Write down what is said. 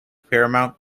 paramount